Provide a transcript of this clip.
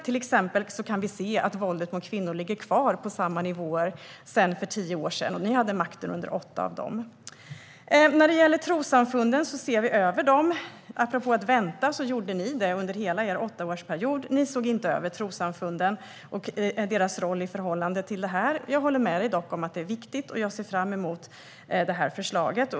Till exempel kan vi se att våldet mot kvinnor ligger kvar på samma nivåer som för tio år sedan, och ni hade makten i åtta år av dem. Vi ser över trossamfunden. Apropå att vänta så gjorde ni det under hela er åttaårsperiod. Ni såg inte över trossamfunden och deras roll i förhållande till detta. Jag håller dock med dig om att det är viktigt, och jag ser fram emot förslaget.